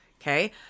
okay